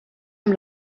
amb